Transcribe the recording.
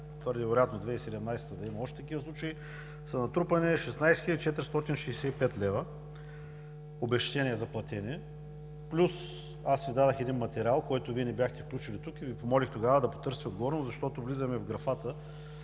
твърде е вероятно в 2017 г. да има още такива случаи, са натрупани 16 465 лв. обезщетения, заплатени, плюс, аз Ви дадох един материал, който Вие не бяхте включили тук, и Ви помолих тогава да потърсите отговорност, защото влизаме в графата